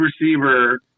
receiver